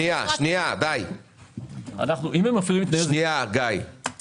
יש